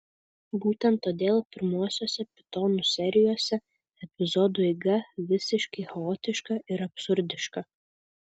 būtent todėl pirmuosiuose pitonų serijose epizodų eiga visiškai chaotiška ir absurdiška